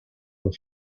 the